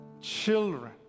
children